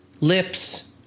lips